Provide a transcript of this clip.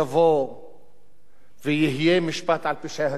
יבוא ויהיה משפט על פשעי הכיבוש,